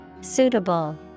Suitable